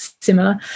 similar